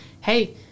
hey